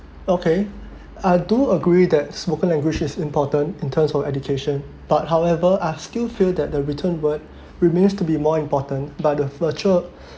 okay I do agree that spoken language is important in terms of education but however I still feel that the written word remains to be more important but the mutual